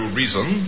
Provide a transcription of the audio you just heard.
reason